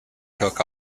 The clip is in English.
took